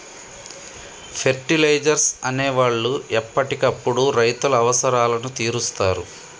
fertilisers అనే వాళ్ళు ఎప్పటికప్పుడు రైతుల అవసరాలను తీరుస్తారు